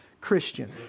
Christian